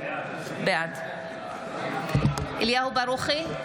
בעד אליהו ברוכי,